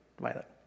violet